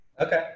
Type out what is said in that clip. Okay